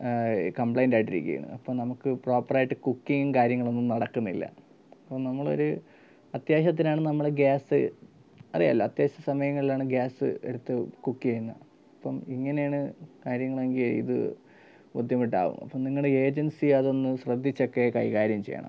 കംപ്ലയിൻ്റെയിട്ടിരിക്കുവാണ് അപ്പോൾ നമുക്ക് പ്രോപ്പറായിട്ട് കുക്കിംഗ് കാര്യങ്ങളൊന്നും നടക്കുന്നില്ല അപ്പോൾ നമ്മളൊരു അത്യാവിശ്യത്തിനാണ് നമ്മള് ഗ്യാസ് അറിയാമല്ലോ അത്യാവശ്യ സമയങ്ങളിലാണ് ഗ്യാസ് എടുത്ത് കുക്ക് ചെയ്യുന്നത് അപ്പം ഇങ്ങനെയാണ് കാര്യങ്ങളെങ്കിൽ ഇത് ബുദ്ധിമുട്ടാവും അപ്പോൾ നിങ്ങളുടെ ഏജൻസി അതൊന്നു ശ്രദ്ധിച്ചൊക്കെ കൈകാര്യം ചെയ്യണം